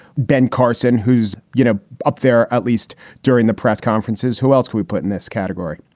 ben carson, who's you know up there, at least during the press conferences, who else we put in this category?